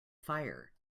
fire